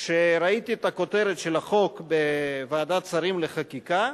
כשראיתי את הכותרת של החוק בוועדת שרים לחקיקה,